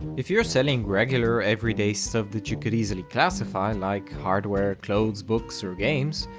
if you're selling regular everyday stuff that you could easily classify, like hardware, clothes, books, or games,